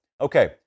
Okay